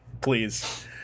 Please